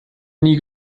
nie